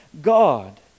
God